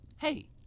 Hey